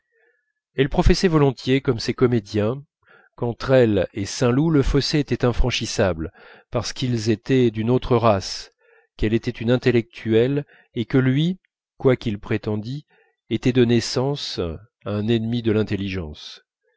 elle professait volontiers comme ces comédiens qu'entre elle et saint loup le fossé était infranchissable parce qu'ils étaient d'une autre race qu'elle était une intellectuelle et que lui quoi qu'il prétendît était de naissance un ennemi de l'intelligence